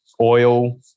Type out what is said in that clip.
oil